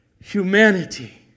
humanity